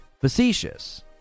facetious